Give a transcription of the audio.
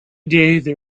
day